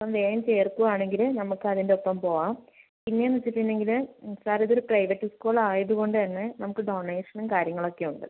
അപ്പം വേഗം ചേർക്കുവാണെങ്കിൽ നമുക്ക് അതിന്റെ ഒപ്പം പോവാം പിന്നെ എന്ന് വെച്ചിട്ടുണ്ടെങ്കിൽ സാർ ഇത് ഒരു പ്രൈവറ്റ് സ്കൂൾ ആയതുകൊണ്ട് തന്നെ നമുക്ക് ഡോണേഷനും കാര്യങ്ങളൊക്കെ ഉണ്ട്